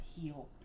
heal